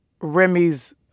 Remy's